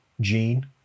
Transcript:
gene